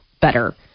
better